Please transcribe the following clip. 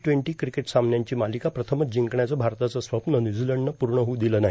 twenty cricket सामन्यांची मालिका प्रथमच जिंकण्याचं आरताचं स्वप्नं न्यूझीलंडनं पूर्ण होऊ दिलं नाही